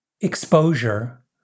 exposure